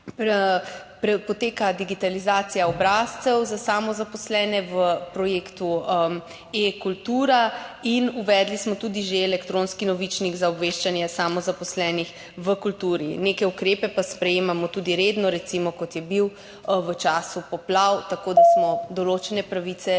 Poteka digitalizacija obrazcev za samozaposlene v projektu e-Kultura in uvedli smo tudi že elektronski novičnik za obveščanje samozaposlenih v kulturi. Neke ukrepe pa sprejemamo tudi redno, recimo kot je bil v času poplav, tako da smo določene pravice, ki